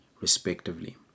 respectively